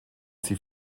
sie